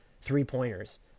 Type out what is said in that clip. three-pointers